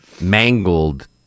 mangled